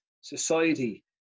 society